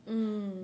mm